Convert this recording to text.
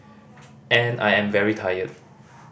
and I am very tired